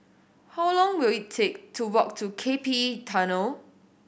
how long will it take to walk to K P E Tunnel